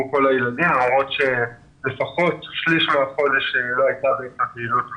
כל הילדים למרות שלפחות שליש מהחודש לא הייתה פעילות במעון.